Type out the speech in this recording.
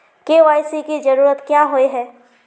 KYC की जरूरत क्याँ होय है?